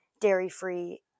dairy-free